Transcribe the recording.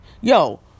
Yo